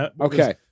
Okay